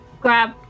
Grab